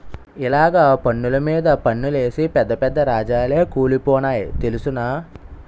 ఇలగ పన్నులు మీద పన్నులేసి పెద్ద పెద్ద రాజాలే కూలిపోనాయి తెలుసునా